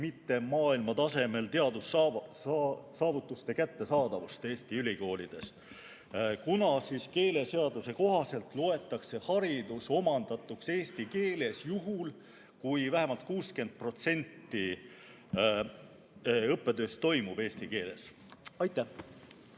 mitte maailmatasemel teadussaavutuste kättesaadavust Eesti ülikoolides, kuna keeleseaduse kohaselt loetakse haridus eesti keeles omandatuks juhul, kui vähemalt 60% õppetööst toimub eesti keeles. Aitäh!